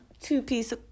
two-piece